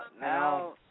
now